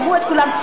שמעו את כולם.